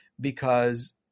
because-